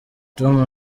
tom